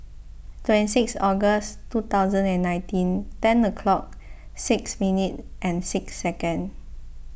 twenty six August two thousand and nineteen ten o'clock six minutes and six seconds